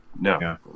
No